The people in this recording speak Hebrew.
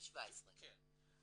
זה 2017. כן.